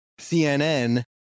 CNN